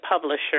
publisher